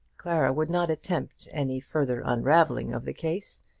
clara would not attempt any further unravelling of the case,